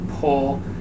pull